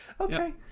Okay